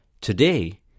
Today